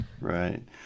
Right